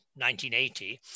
1980